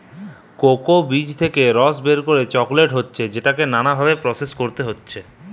cocoa বীজ নু রস বের করে চকলেট হতিছে যেটাকে নানা ভাবে প্রসেস করতে হতিছে